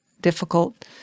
difficult